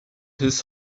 his